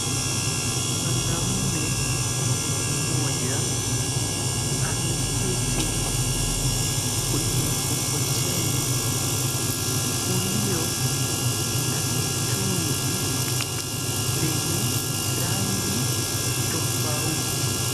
Mwanaume mmoja ameketi kwenye mkokoteni ulio na mitungi zenye rangi tofauti.